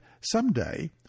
someday